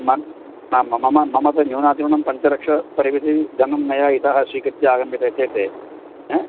मम मम मम तु न्यूनातिन्यूनं पञ्चलक्षपरिमितिः धनं मया इतः स्वीकृत्य आगम्यते चेत् हा